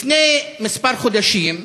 לפני כמה חודשים,